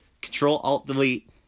Control-Alt-Delete